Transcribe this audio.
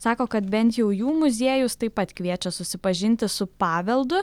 sako kad bent jau jų muziejus taip pat kviečia susipažinti su paveldu